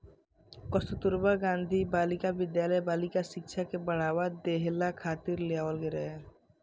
कस्तूरबा गांधी बालिका विद्यालय बालिका शिक्षा के बढ़ावा देहला खातिर लियावल गईल रहे